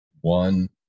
One